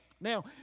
Now